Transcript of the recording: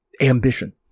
ambition